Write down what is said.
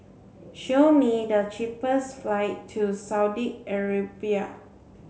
show me the cheapest flight to Saudi Arabia